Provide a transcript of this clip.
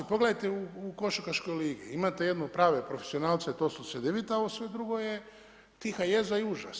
Pogledajte u košarkaškoj ligi, imate jedno prave profesionalce to su Cedevita, a ovo sve drugo je tiha jeza i užas.